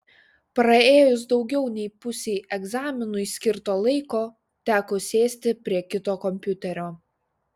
praėjus daugiau nei pusei egzaminui skirto laiko teko sėsti prie kito kompiuterio